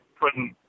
putting